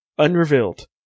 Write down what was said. unrevealed